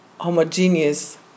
homogeneous